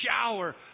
shower